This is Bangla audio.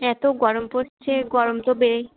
এতো গরম পড়ছে গরম তো বে